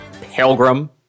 pilgrim